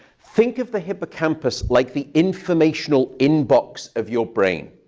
think of the hippocampus like the informational inbox of your brain.